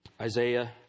Isaiah